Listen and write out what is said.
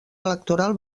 electoral